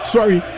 Sorry